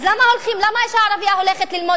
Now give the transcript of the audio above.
למה האשה הערבייה הולכת ללמוד